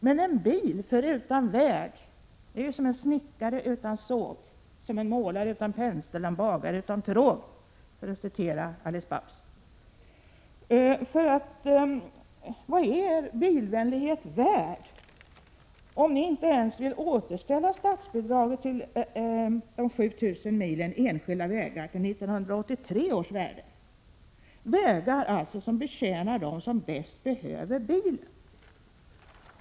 Men en bil förutan väg är ju som en snickare utan såg, som en målare utan pensel, en bagare utan tråg, för att citera Alice Babs. Vad är er bilvänlighet värd, om ni inte ens vill återställa statsbidraget till de 7 000 milen enskilda vägar till 1983 års värde, vägar som tjänar dem som bäst behöver bilen?